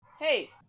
Hey